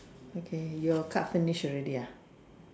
okay your card finish already ah